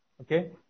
Okay